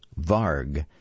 Varg